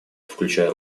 включая